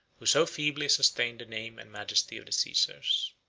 who so feebly sustained the name and majesty of the caesars.